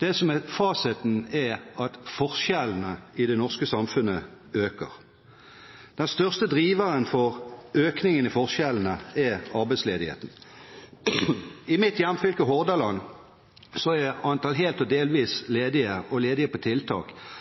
Det som er fasiten, er at forskjellene i det norske samfunnet øker. Den største driveren for økningen i forskjellene er arbeidsledigheten. I mitt hjemfylke, Hordaland, har antallet helt og delvis ledige og ledige på tiltak